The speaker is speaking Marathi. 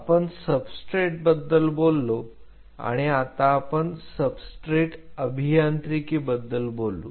आपण सबस्ट्रेट बद्दल बोललो आणि आता आपण सबस्ट्रेट अभियांत्रिकी बद्दल बोलू